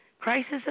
Crisis